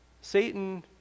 Satan